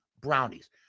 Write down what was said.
brownies